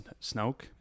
Snoke